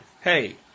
Hey